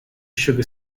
sugar